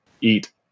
eat